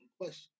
question